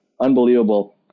unbelievable